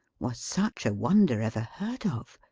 was such a wonder ever heard of!